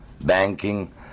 banking